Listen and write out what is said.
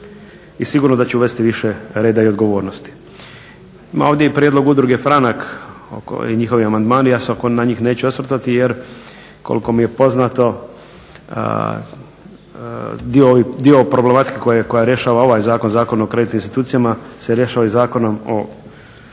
i sigurno da će uvesti više reda i odgovornosti. Ima ovdje i prijedlog udruge Franak njihovi amandmani, ja se na njih neću osvrtati jer koliko mi je poznato, dio ove problematike koja rješava ovaj Zakon, Zakon o kreditnim institucijama se rješava i Zakonom o potrošačkom kreditiranju